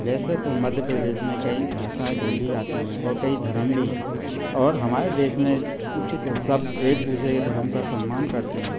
वैसे तो मध्य प्रदेश में कई भाषाएं बोली जाती हैं और कई धरम भी हैं और हमारे देश में सब एक दूसरे के धरम का सम्मान करते हैं